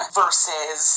versus